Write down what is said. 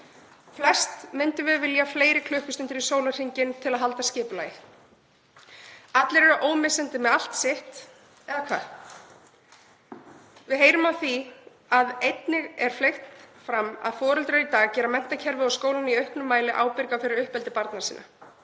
Flest myndum við vilja fleiri klukkustundir í sólarhringinn til að halda skipulagi. Allir eru ómissandi með allt sitt, eða hvað? Við heyrum af því sem einnig hefur verið fleygt fram, að foreldrar í dag geri menntakerfið og skólana í auknum mæli ábyrg fyrir uppeldi barna sinna.